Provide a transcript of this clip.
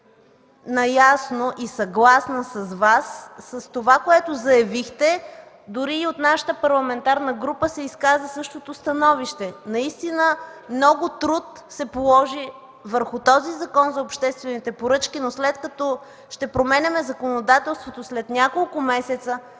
наясно и съгласна с Вас с това, което заявихте. Дори и от нашата парламентарна група се изказа същото становище. Наистина много труд се положи върху този Закон за обществените поръчки, но след като ще променяме законодателството след няколко месеца,